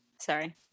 sorry